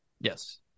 Yes